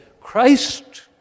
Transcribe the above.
Christ